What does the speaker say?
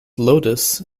lotus